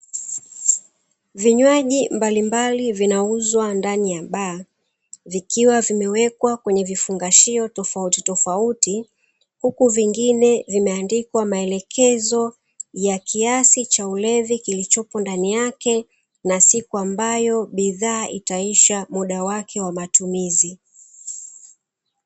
Vinywaji mbalimbali vinauzwa ndani ya baa, vikiwa vimewekwa kwenye vifungashio tofauti tofauti huku vingine vimeandikwa maelekezo ya kiasi cha cha ulevi kilichopo ndani yake na siku ambayo bidhaa itaisha muda wake wa matumizi.